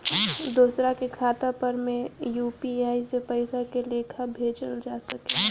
दोसरा के खाता पर में यू.पी.आई से पइसा के लेखाँ भेजल जा सके ला?